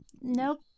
Nope